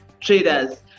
traders